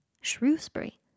Shrewsbury